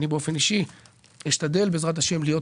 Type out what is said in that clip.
אני אשתדל, בעזרת השם, להיות